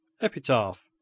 epitaph